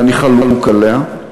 ואני חלוק עליה.